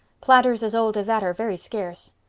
platters as old as that are very scarce.